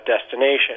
destination